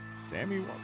Sammy